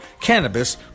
Cannabis